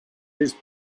his